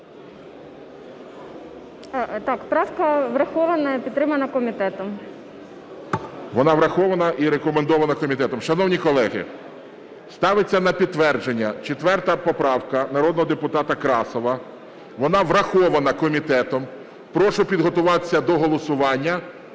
Так, правка врахована і підтримана комітетом. ГОЛОВУЮЧИЙ. Вона врахована і рекомендована комітетом. Шановні колеги, ставиться на підтвердження 4 поправка народного депутата Красова, вона врахована комітетом. Прошу підготуватися до голосування.